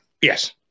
Yes